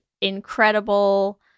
incredible